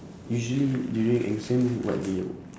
usually during exam what do you